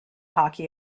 hockey